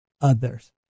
others